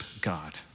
God